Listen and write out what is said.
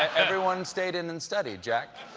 everyone stayed in and studied, jack.